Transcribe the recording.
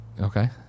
Okay